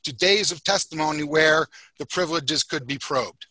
to days of testimony where the privileges could be probed